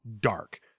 dark